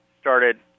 started